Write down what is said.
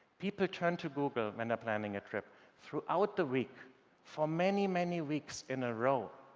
people turn to google when they're planning a trip throughout the week for many, many weeks in a row,